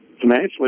Financially